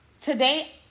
today